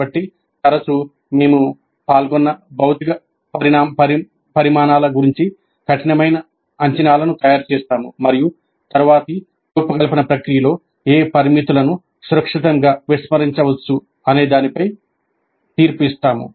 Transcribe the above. కాబట్టి తరచూ మేము పాల్గొన్న భౌతిక పరిమాణాల గురించి కఠినమైన అంచనాలను తయారు చేస్తాము మరియు తరువాతి రూపకల్పన ప్రక్రియలో ఏ పారామితులను సురక్షితంగా విస్మరించవచ్చనే దానిపై తీర్పు ఇస్తాము